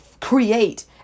create